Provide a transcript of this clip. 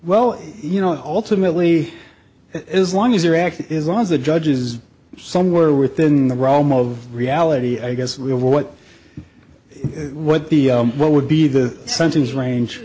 well you know ultimately as long as there actually is one of the judges somewhere within the realm of reality i guess we have what what the what would be the sentence range